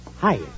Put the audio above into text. Hi